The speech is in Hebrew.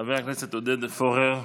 חבר הכנסת עודד פורר,